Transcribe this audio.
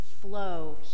flow